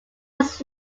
was